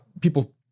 people